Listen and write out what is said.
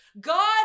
God